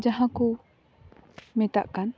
ᱡᱟᱦᱟᱸ ᱠᱚ ᱢᱮᱛᱟᱜ ᱠᱟᱱ